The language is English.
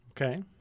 okay